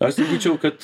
aš sakyčiau kad